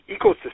ecosystem